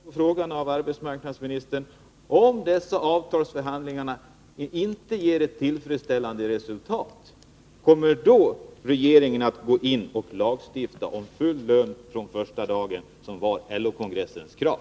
Herr talman! Då kanske jag av arbetsmarknadsministern kan få svar på frågan: Om dessa avtalsförhandlingar inte ger ett tillfredsställande resultat, kommer regeringen då att ingripa och lagstifta om full lön från första permitteringsdagen, som var LO-kongressens krav?